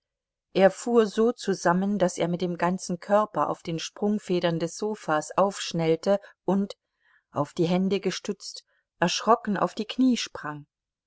er fuhr so zusammen daß er mit dem ganzen körper auf den sprungfedern des sofas aufschnellte und auf die hände gestützt erschrocken auf die knie sprang